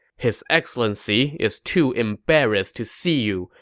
his excellency is too embarrassed to see you,